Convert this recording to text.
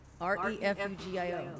R-E-F-U-G-I-O